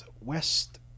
west